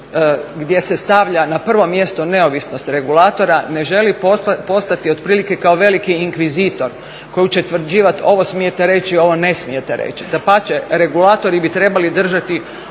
gdje se stavlja na prvo mjesto neovisnost regulatora ne želi postati otprilike kao veliki inkvizitor koji će utvrđivati ovo smijete reći, ovo ne smijete reći. Dapače regulatori bi trebali držati